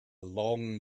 long